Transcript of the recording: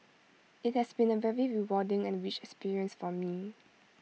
IT has been A very rewarding and rich experience for me